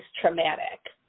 traumatic